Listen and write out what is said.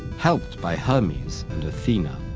helped by hermes and athena,